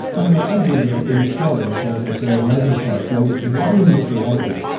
and there are plenty and in australia, they they grow all over the place and they look wonderfully elegant,